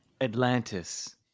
Atlantis